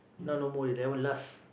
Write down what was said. now no more already never last